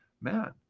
man